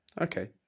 Okay